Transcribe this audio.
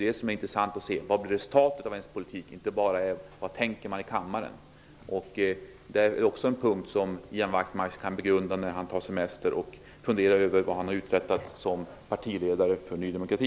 Det som är intressant är att se vad som blir resultatet av den politik man för, inte bara vad man tänker i kammaren. Det är också en punkt som Ian Wachtmeister kan begrunda när han tar semester och funderar över vad han har uträttat som partiledare för Ny demokrati.